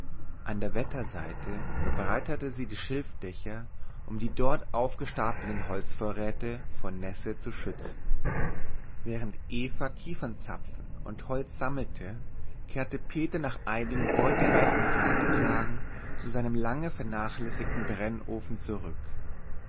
an der wetterseite verbreiterte sie die schilfdächer um die dort aufgestapelten holzvorräte vor nässe zu schützen während eva kiefernzapfen und holz sammelte kehrte peter nach einigen beutereichen jagdtagen zu seinem lange vernachlässigten brennofen zurück